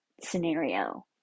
scenario